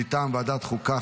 מטעם ועדת החוקה,